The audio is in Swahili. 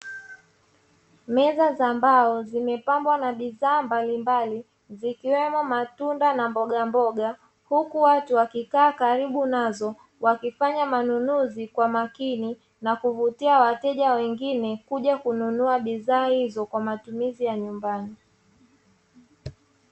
Meza za mbao zimepambwa na bidhaa mbalimbali, zikiwemo matunda na mbogamboga, huku watu wakikaa karibu nazo wakifanya manunuzi kwa makini, na kuvutia wateja wengine kuja kununua bidhaa hizo, kwa matumizi ya nyumbani.